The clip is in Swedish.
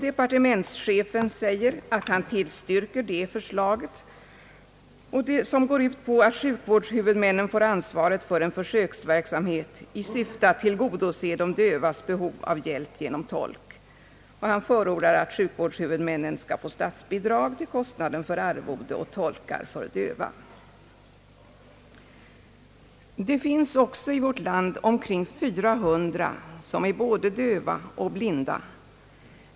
Departementschefen tillstyrker det förslag som går ut på att sjukvårdshuvudmännen får ansvaret för en försöksverksamhet i syfte att tillgodose de dövas behov av hjälp genom tolk. Han förordar att sjukvårdshuvudmännen skall få statsbidrag till kostnaden för arvode åt tolkar för döva. Det finns också i vårt land omkring 400 personer som är både döva och blinda.